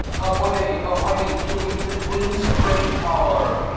away, away, to meet the queenes great power.